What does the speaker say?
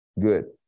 Good